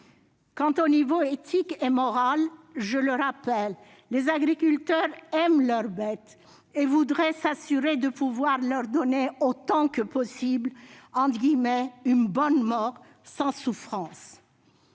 Quant aux niveaux éthique et moral, je le rappelle, les agriculteurs aiment leurs bêtes et voudraient s'assurer de leur donner, autant que possible, « une bonne mort », sans souffrance.